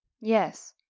yes